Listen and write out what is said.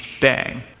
bang